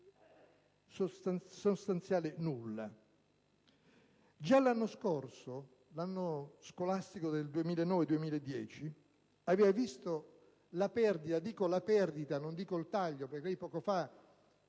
un sostanziale nulla.